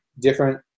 different